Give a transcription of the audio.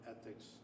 ethics